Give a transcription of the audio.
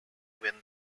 win